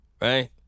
right